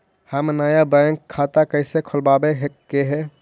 हम नया बैंक खाता कैसे खोलबाबे के है?